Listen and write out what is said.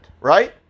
right